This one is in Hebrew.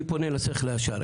אני פונה לשכל הישר.